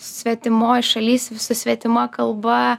svetimoj šaly su svetima kalba